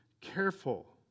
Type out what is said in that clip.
careful